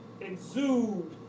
exude